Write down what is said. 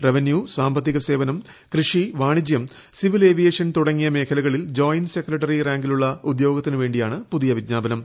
revenue സാമ്പത്തിക സേവനം കൃഷി വാണിജ്യം സിവിൽ ഏവിയേഷൻ തുടങ്ങിയ മേഖലകളിൽ ജോയിന്റ് സെക്രട്ടറി റാങ്കിലുള്ള ഉദ്യോഗത്തിനുവേണ്ടിയാണ് പുതിയ വിജ്ഞാപനം